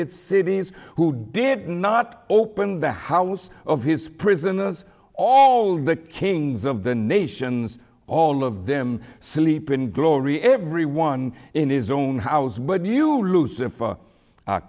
its cities who did not open the house of his prisoners all the kings of the nations all of them sleep in glory every one in his own house but